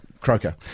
Croker